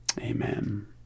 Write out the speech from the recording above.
Amen